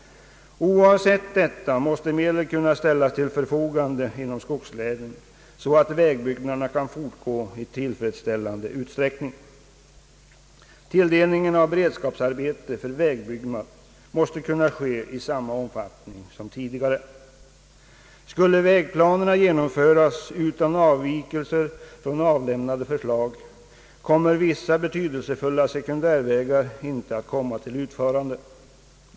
Oavsett detta måste medel kunna ställas till förfogande inom skogslänen så att vägutbyggnaderna kan fortgå i tillfredsställande utsträckning. Tilldelningen av medel till beredskapsarbeten för vägbyggnad måste kunna ske i samma omfattning som tidigare. Skulle vägplanerna genomföras utan avvikelser från avlämnade förslag, kan vissa betydelsefulla sekundärvägar icke komma till utförande.